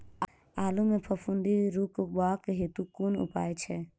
आलु मे फफूंदी रुकबाक हेतु कुन उपाय छै?